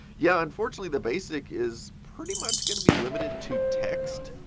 yeah, unfortunately, the basic is pretty much going to be limited to text.